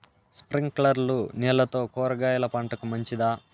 స్ప్రింక్లర్లు నీళ్లతో కూరగాయల పంటకు మంచిదా?